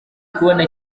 kubona